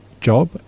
job